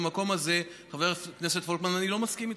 במקום הזה, חבר הכנסת פולקמן, אני לא מסכים איתך.